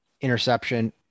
interception